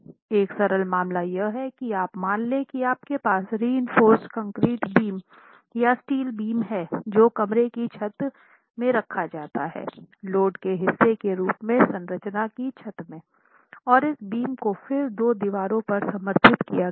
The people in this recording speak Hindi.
एक सरल मामला यह है कि आप मान लें कि आपके पास रिइनफ़ोर्स कंक्रीट बीम या स्टील बीम हैं जो कमरे की छत में रखा जाता हैलोड के हिस्से के रूप में संरचना की छत में और इस बीम को फिर दो दीवारों पर समर्थित किया गया है